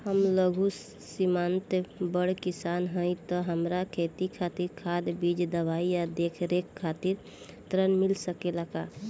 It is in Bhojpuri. हम लघु सिमांत बड़ किसान हईं त हमरा खेती खातिर खाद बीज दवाई आ देखरेख खातिर ऋण मिल सकेला का?